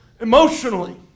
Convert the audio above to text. emotionally